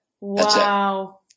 Wow